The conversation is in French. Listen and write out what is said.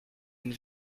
une